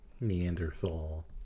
Neanderthal